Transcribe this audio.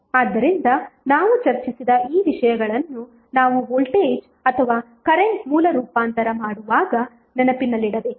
ಆದ್ದರಿಂದ ನಾವು ಚರ್ಚಿಸಿದ ಈ ವಿಷಯಗಳನ್ನು ನಾವು ವೋಲ್ಟೇಜ್ ಅಥವಾ ಕರೆಂಟ್ ಮೂಲ ರೂಪಾಂತರ ಮಾಡುವಾಗ ನೆನಪಿನಲ್ಲಿಡಬೇಕು